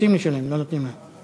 רוצים לשלם, לא נותנים להם.